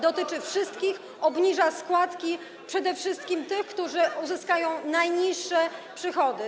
Dotyczy wszystkich, obniża składki przede wszystkim tych, którzy uzyskają najniższe przychody.